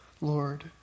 Lord